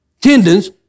Tendons